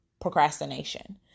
procrastination